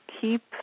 keep